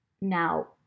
Now